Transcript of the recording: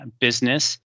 business